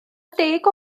deg